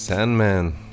Sandman